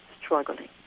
struggling